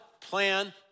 plan